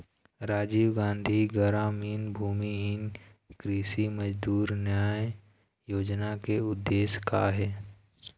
राजीव गांधी गरामीन भूमिहीन कृषि मजदूर न्याय योजना के उद्देश्य का हे?